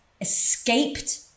escaped